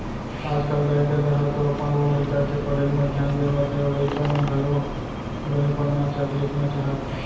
आजकल दाई ददा ह तो अपन लोग लइका के पढ़ई म धियान देवत हे अउ लइका मन घलोक बने पढ़ना लिखना चाहत हे